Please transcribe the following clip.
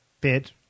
bid